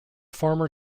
former